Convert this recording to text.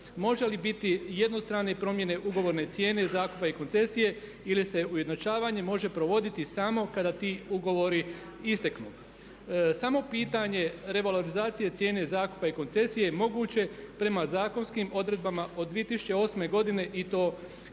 Može li biti jednostrane promjene ugovorne cijene zakupa i koncesije ili se ujednačavanje može provoditi samo kada ti ugovori isteknu? Samo pitanje revalorizacije cijene zakupa i koncesije moguće je prema zakonskim odredbama od 2008. godine i to je